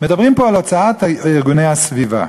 מדברים פה על הוצאת ארגוני הסביבה,